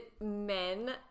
men